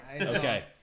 Okay